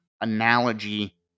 analogy